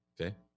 Okay